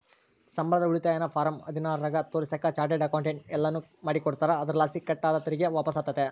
ಸಂಬಳದ ಉಳಿತಾಯನ ಫಾರಂ ಹದಿನಾರರಾಗ ತೋರಿಸಾಕ ಚಾರ್ಟರ್ಡ್ ಅಕೌಂಟೆಂಟ್ ಎಲ್ಲನು ಮಾಡಿಕೊಡ್ತಾರ, ಅದರಲಾಸಿ ಕಟ್ ಆದ ತೆರಿಗೆ ವಾಪಸ್ಸಾತತೆ